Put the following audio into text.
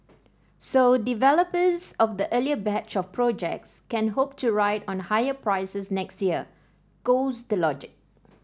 so developers of the earlier batch of projects can hope to ride on higher prices next year goes the logic